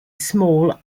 small